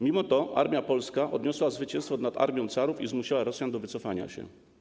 Mimo to armia polska odniosła zwycięstwo nad armią carów i zmusiła Rosjan do wycofania się.